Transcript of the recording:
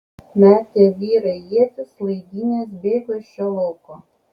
metė vyrai ietis laidynes bėgo iš šio lauko